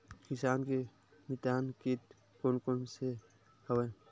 किसान के मितान कीट कोन कोन से हवय?